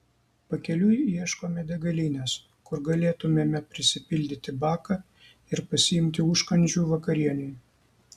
pakeliui ieškome degalinės kur galėtumėme prisipildyti baką ir pasiimti užkandžių vakarienei